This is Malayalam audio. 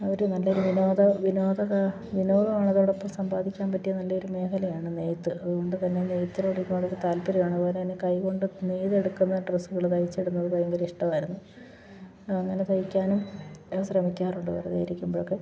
ഒരു നല്ല ഒരു വിനോദം വിനോദമാണ് അതോടൊപ്പം സമ്പാദിക്കാൻ പറ്റിയ നല്ല ഒരു മേഖലയാണ് നെയ്ത്ത് അതു കൊണ്ട് തന്നെ നെയ്ത്തിൽ ഒരുപാടൊക്കെ താല്പര്യമാണ് അതുപോലെ തന്നെ കൈകൊണ്ട് നെയ്ത് എടുക്കുന്ന ഡ്രസ്സുകൾ തയ്ച്ചിടുന്നത് ഭയങ്കര ഇഷ്ടമായിരുന്നു അങ്ങനെ തയ്ക്കാനും ശ്രമിക്കാറുണ്ട് വെറുതെ ഇരിക്കുമ്പോഴൊക്കെ